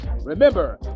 Remember